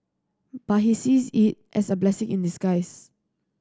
but he sees it as a blessing in disguise